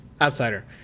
Outsider